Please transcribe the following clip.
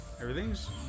Everything's